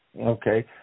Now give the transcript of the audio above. Okay